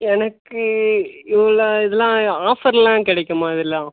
எனக்கு இவ்வளோ இதெல்லாம் ஆஃபர்லாம் கிடைக்குமா இதெலாம்